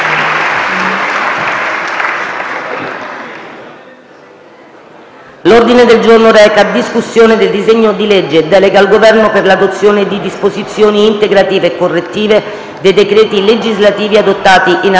Il Senato*,* in sede di esame del disegno di legge recante - Delega al Governo per l'adozione di disposizioni integrative e correttive dei decreti legislativi adottati in attuazione della delega per la riforma delle discipline